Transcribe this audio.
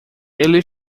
ele